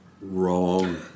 Wrong